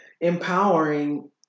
empowering